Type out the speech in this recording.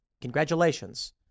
Congratulations